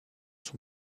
sont